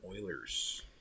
Oilers